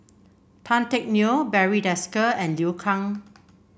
Tan Teck Neo Barry Desker and Liu Kang